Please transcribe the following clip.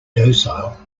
docile